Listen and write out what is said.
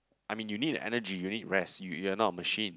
I mean you need the energy you need rest you you're not a machine